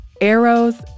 arrows